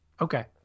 okay